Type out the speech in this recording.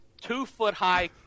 two-foot-high